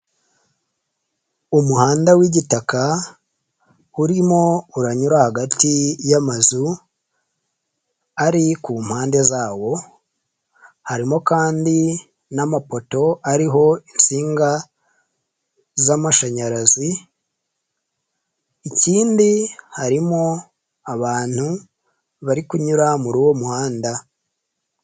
Umuhanda w'igitaka urimo uranyura hagati y'amazu ari ku mpande zawo, harimo kandi n'amapoto ariho insinga z' amashanyarazi, ikindi harimo abantu bari kunyura muri uwo muhanda.